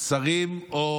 שרים או